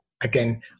again